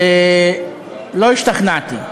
ולא השתכנעתי.